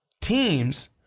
teams